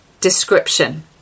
description